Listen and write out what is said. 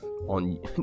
on